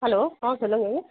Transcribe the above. hello ஆ சொல்லுங்கங்க